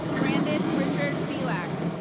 brandon richard belack.